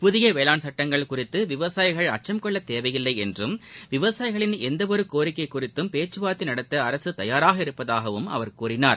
புதிய வேளாண் சட்டங்கள் குறித்து விவசாயிகள் அச்சம் கொள்ளத் தேவையில்லை என்றும் விவசாயிகளின் எந்த ஒரு கோரிக்கை குறித்தும் பேச்சுவார்த்தை நடத்த அரசு தயாராக உள்ளதாகவும் அவர் கூறினார்